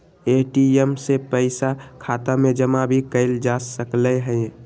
ATM से पइसा खाता में जमा भी कएल जा सकलई ह